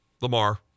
Lamar